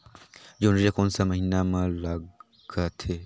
जोंदरी ला कोन सा महीन मां लगथे?